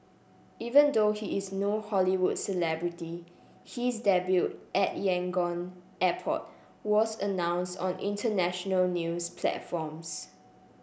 even though he is no Hollywood celebrity his debut at Yangon airport was announced on international news platforms